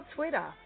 Twitter